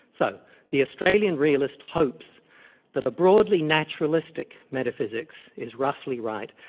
so the australian realist hopes that a broadly naturalistic metaphysics is roughly right,